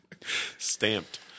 stamped